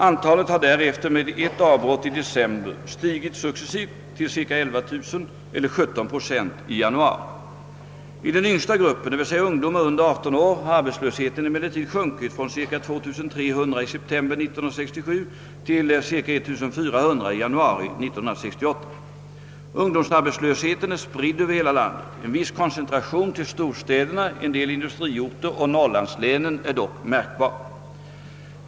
Antalet har därefter med ett avbrott i december stigit successivt till cirka 11 000 eller 17 procent i januari. I den yngsta gruppen, d.v.s. ungdomar under 18 år, har arbetslösheten emellertid sjunkit från cirka 2300 i september 1967 till cirka 1400 i januari 1968. Ungdomsarbetslösheten är spridd över hela landet. En viss koncentration till storstäderna, en del industriorter och norrlandslänen är dock märkbar.